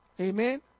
Amen